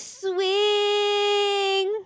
swing